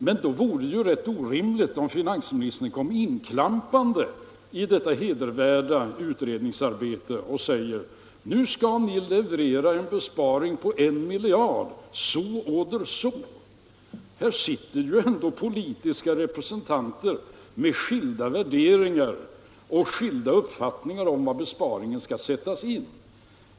Men då vore det ju rätt orimligt om finansministern kom inklampande i detta hedervärda utredningsarbete och sade: Nu skall ni leverera en besparing på 1 miljard — so oder so. Här sitter ändå representanter med skilda värderingar och skilda uppfattningar om var besparingen skall sättas in.